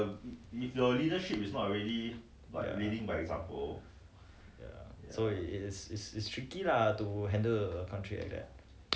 I think but there is a spectrum to every every race ah